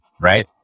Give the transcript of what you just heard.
right